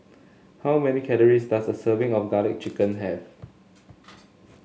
how many calories does a serving of garlic chicken have